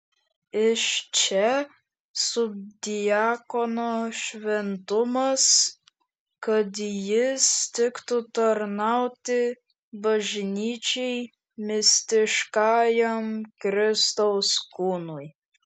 iš čia subdiakono šventumas kad jis tiktų tarnauti bažnyčiai mistiškajam kristaus kūnui